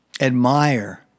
admire